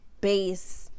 base